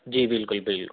جی بالکل بالکل